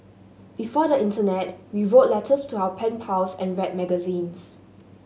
before the internet we wrote letters to our pen pals and read magazines